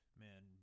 man